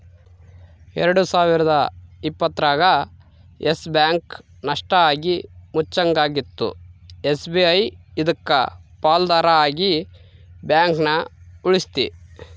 ಎಲ್ಡು ಸಾವಿರದ ಇಪ್ಪತ್ತರಾಗ ಯಸ್ ಬ್ಯಾಂಕ್ ನಷ್ಟ ಆಗಿ ಮುಚ್ಚಂಗಾಗಿತ್ತು ಎಸ್.ಬಿ.ಐ ಇದಕ್ಕ ಪಾಲುದಾರ ಆಗಿ ಬ್ಯಾಂಕನ ಉಳಿಸ್ತಿ